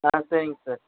ஆ சரிங்க சார்